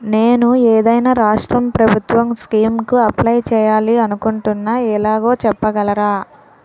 నేను ఏదైనా రాష్ట్రం ప్రభుత్వం స్కీం కు అప్లై చేయాలి అనుకుంటున్నా ఎలాగో చెప్పగలరా?